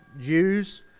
Jews